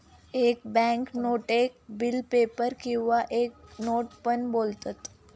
एक बॅन्क नोटेक bill paper किंवा एक नोट पण बोलतत